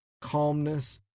calmness